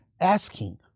asking